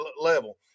level